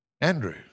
Andrew